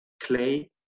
clay